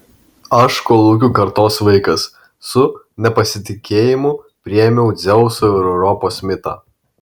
aš kolūkių kartos vaikas su nepasitikėjimu priėmiau dzeuso ir europos mitą